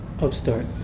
Upstart